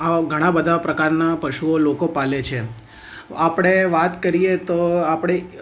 આવા ઘણા બધા પ્રકારના પશુઓ લોકો પાળે છે આપણે વાત કરીએ તો આપણે